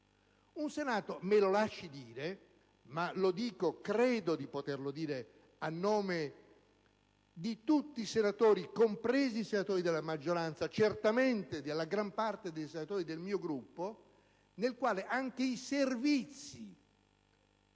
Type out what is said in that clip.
un Senato - me lo lasci dire, ma credo di poterlo dire a nome di tutti i senatori, compresi quelli della maggioranza: certamente della maggior parte dei senatori del mio Gruppo - nel quale anche i servizi